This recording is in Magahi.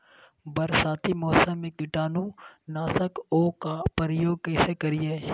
बरसाती मौसम में कीटाणु नाशक ओं का प्रयोग कैसे करिये?